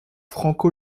franco